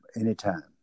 anytime